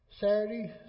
Saturday